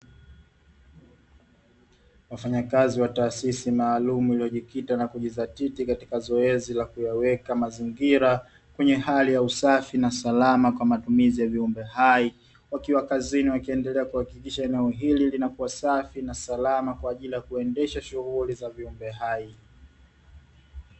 Wafanyakazi wa taasisi maalum iliyojikita na kujizatiti katika zoezi la kuyaweka mazingira kwenye hali ya usafi na salama kwa matumizi ya viumbe hai, wakiwa kazini wakiendelea kuhakikisha eneo hili linakuwa safi na salama kwa ajili ya kuendesha shughuli za viumbe hai.